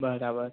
બરાબર